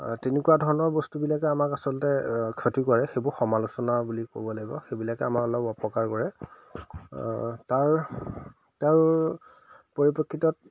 তেনেকুৱা ধৰণৰ বস্তুবিলাকে আমাক আচলতে ক্ষতি কৰে সেইবোৰ সমালোচনা বুলি ক'ব লাগিব সেইবিলাকে আমাৰ অলপ অপকাৰ কৰে তাৰ তাৰ